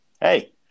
Hey